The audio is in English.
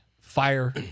Fire